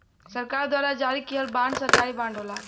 सरकार द्वारा जारी किहल बांड सरकारी बांड होला